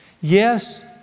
yes